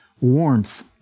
warmth